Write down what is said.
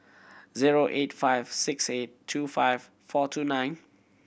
zero eight five six eight two five four two nine